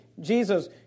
Jesus